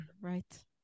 Right